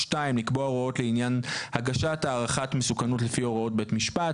(2)לקבוע הוראות לעניין הגשת הערכת מסוכנות לפי הוראת בית המשפט,